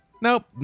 nope